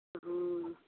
हँ